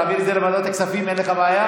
להעביר את זה לוועדת הכספים אין לך בעיה?